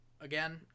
Again